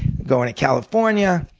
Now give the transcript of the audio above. going to california.